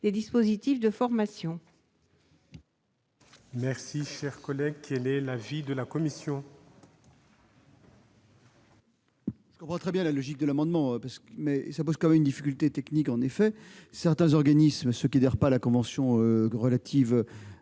des dispositifs de formation